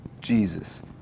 Jesus